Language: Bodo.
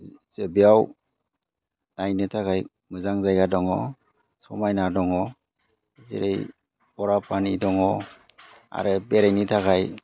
बेयाव नायनो थाखाय मोजां जायगा दङ समायना दङ जेरै बराफानि आरो बेरायनो थाखाय